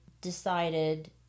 decided